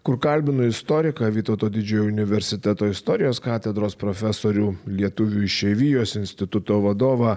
kur kalbinu istoriką vytauto didžiojo universiteto istorijos katedros profesorių lietuvių išeivijos instituto vadovą